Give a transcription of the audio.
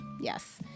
Yes